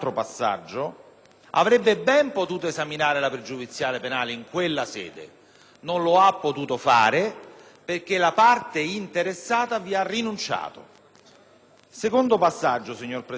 avrebbe ben potuto esaminare la pregiudiziale penale in quella sede; non lo ha potuto fare, perché la parte interessata vi ha rinunciato. In secondo luogo, signor Presidente,